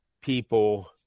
people